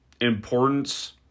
importance